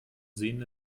sehen